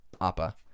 Appa